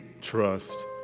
trust